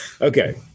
Okay